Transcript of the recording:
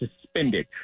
suspended